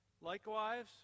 Likewise